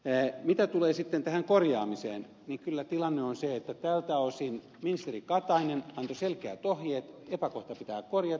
mitä tulee sitten tähän korjaamiseen niin kyllä tilanne on se että tältä osin ministeri katainen antoi selkeät ohjeet että epäkohta pitää korjata